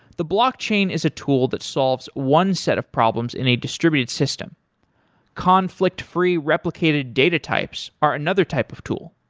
the blockchain is a tool that solves one set of problems in a distributed system conflict-free replicated data types are another type of tool.